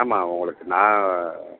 ஆமாம் உங்களுக்கு நான்